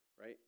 right